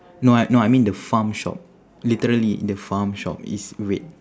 no I no I mean the farm shop literally the farm shop it's red